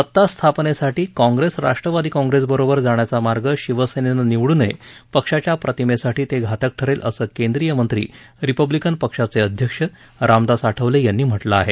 सत्ता स्थापनेसाठी काँग्रेस राष्ट्रवादी काँग्रेसबरोबर जाण्याचा मार्ग शिवसेनेनं निवडू नये पक्षाच्या प्रतिमेसाठी ते घातक ठरेल असं केंद्रीय मंत्री रिपब्लिकन पक्षाचे अध्यक्ष रामदास आठवले यांनी म्हटलं आहे